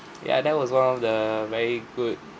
ya that was one of the very good